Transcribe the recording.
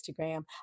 Instagram